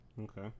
okay